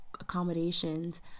accommodations